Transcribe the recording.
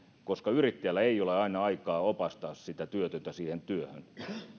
koska yrittäjällä ei ole aina aikaa opastaa sitä työtöntä siihen työhön